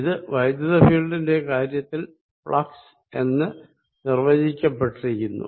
ഇത് ഇലക്ട്രിക്ക് ഫീൽഡിന്റെ കാര്യത്തിൽ ഫ്ളക്സ് എന്ന നിർവചിക്കപ്പെട്ടിരിക്കുന്നു